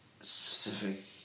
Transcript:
specific